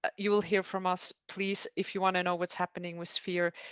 ah you will hear from us, please. if you want to know what's happening with sphere,